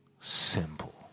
Simple